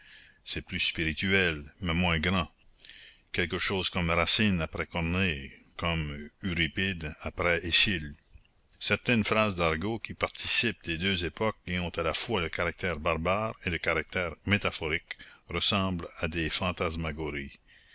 c'est plus spirituel mais moins grand quelque chose comme racine après corneille comme euripide après eschyle certaines phrases d'argot qui participent des deux époques et ont à la fois le caractère barbare et le caractère métaphorique ressemblent à des fantasmagories